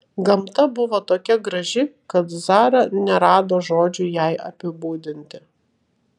gamta buvo tokia graži kad zara nerado žodžių jai apibūdinti